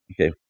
Okay